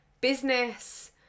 business